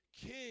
King